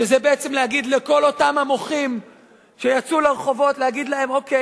שזה בעצם להגיד לכל אותם המוחים שיצאו לרחובות: אוקיי,